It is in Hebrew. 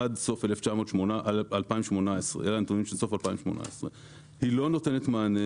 עד סוף 2018. אלה הנתונים של סוף 2018. היא לא נותנת מענה